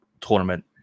tournament